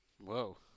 Whoa